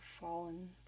fallen